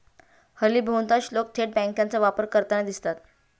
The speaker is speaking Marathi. हल्ली बहुतांश लोक थेट बँकांचा वापर करताना दिसतात